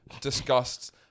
discussed